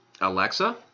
Alexa